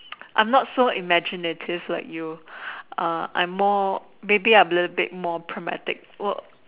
I am not so imaginative like you uh I am more maybe I am a bit more prismatic